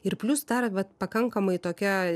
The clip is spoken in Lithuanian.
ir plius dar vat pakankamai tokia